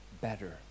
better